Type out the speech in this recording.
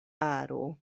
aro